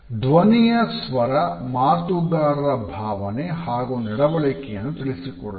ಧ್ವನಿಯ ಸ್ವರ ಮಾತುಗಾರರ ಭಾವನೆ ಹಾಗು ನಡವಳಿಕೆಯನ್ನು ತಿಳಿಸಿಕೊಡುತ್ತದೆ